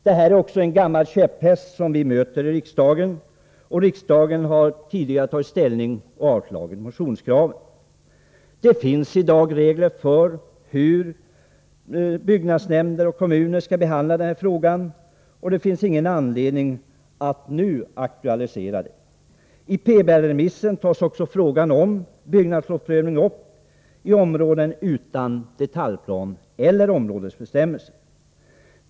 Det här är också en gammal käpphäst i riksdagen. Riksdagen har tidigare tagit ställning i frågan och avslagit motionskraven. Det finns i dag regler för hur kommuner och byggnadsnämnder skall behandla frågan. Det finns ingen anledning att nu aktualisera saken. I PBL-remissen tas upp frågan om byggnadslovsprövning i områden utan detaljplan eller områdesbestämmelser.